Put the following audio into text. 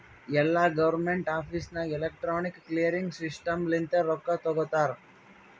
ಎಲ್ಲಾ government office ನಾಗ್ electronic clearing system ಲಿಂತೆ ರೊಕ್ಕಾ ತೊಗೋತಾರ